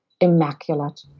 immaculate